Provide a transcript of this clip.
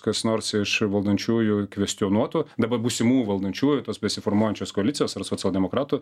kas nors iš valdančiųjų kvestionuotų dabar būsimų valdančiųjų tos besiformuojančios koalicijos ar socialdemokratų